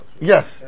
Yes